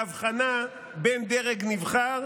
בהבחנה בין דרג נבחר